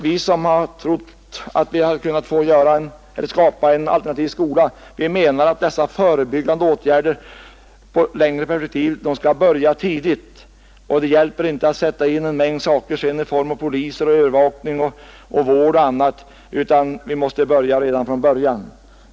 Vi som har trott att vi skulle kunna få skapa en alternativ skola menar att dessa förebyggande åtgärder i ett längre perspektiv skall börja tidigt. Det hjälper inte att sätta in sådana medel som polis, övervakning, vård och annat på ett sent stadium, utan vi måste börja redan från början.